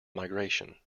migration